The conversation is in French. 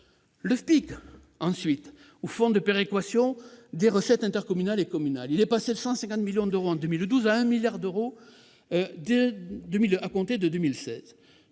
le FPIC, ou fonds national de péréquation des recettes intercommunales et communales, qui est passé de 150 millions d'euros en 2012 à 1 milliard d'euros à compter de 2016.